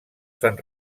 fan